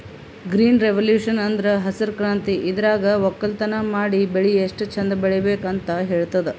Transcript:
green revolution ಅಂದ್ರ ಹಸ್ರ್ ಕ್ರಾಂತಿ ಇದ್ರಾಗ್ ವಕ್ಕಲತನ್ ಮಾಡಿ ಬೆಳಿ ಎಷ್ಟ್ ಚಂದ್ ಬೆಳಿಬೇಕ್ ಅಂತ್ ಹೇಳ್ತದ್